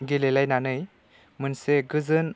गेलेलायनानै मोनसे गोजोन